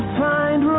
find